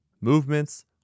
Movements